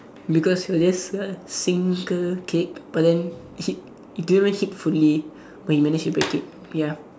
because was just a single kick but then he didn't even hit fully but he managed to break it ya